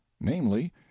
namely